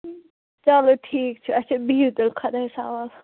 چلو ٹھیٖک چھُ اَچھا بِہِو تیٚلہِ خۄدایَس حوال